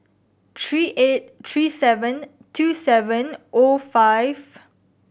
three eight three seven two seven O five